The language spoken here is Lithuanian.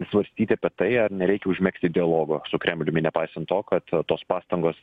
svarstyti apie tai ar nereikia užmegzti dialogo su kremliumi nepaisant to kad tos pastangos